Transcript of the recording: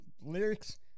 lyrics